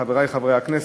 חברי חברי הכנסת,